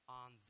on